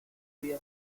vía